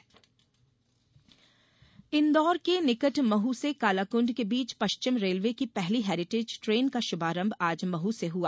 heritage train Indore के निकट महू से कालाकुंड के बीच पश्चिम रेलवे की पहली हैरिटेज ट्रेन का शुभारंभ आज महू से हुआ